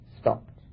stopped